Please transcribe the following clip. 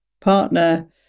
partner